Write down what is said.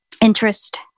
interest